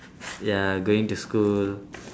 ya going to school